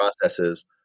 processes